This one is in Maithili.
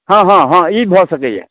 हँ हँ हँ ई भऽ सकैए